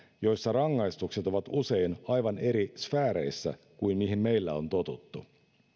joissa rangaistukset ovat usein aivan eri sfääreissä kuin mihin meillä on totuttu